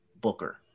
Booker